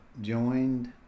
joined